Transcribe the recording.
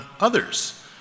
others